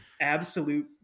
absolute